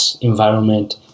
environment